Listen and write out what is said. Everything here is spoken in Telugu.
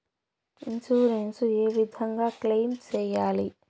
ఇన్సూరెన్సు ఏ విధంగా క్లెయిమ్ సేయాలి?